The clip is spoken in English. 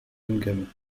income